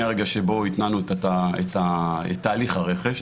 מהרגע שבו התנענו את תהליך הרכש,